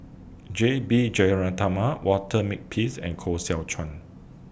J B Jeyaretnam Walter Makepeace and Koh Seow Chuan